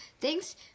Thanks